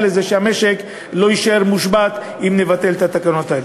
לזה שהמשק יישאר מושבת אם נבטל את התקנות האלה.